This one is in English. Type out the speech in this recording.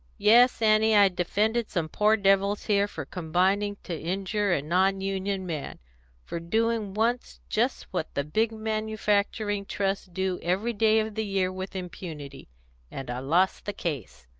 yes, annie, i defended some poor devils here for combining to injure a non-union man for doing once just what the big manufacturing trusts do every day of the year with impunity and i lost the case.